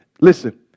Listen